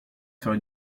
faire